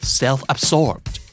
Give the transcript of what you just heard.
self-absorbed